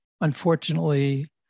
unfortunately